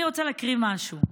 אני רוצה להקריא משהו: